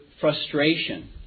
frustration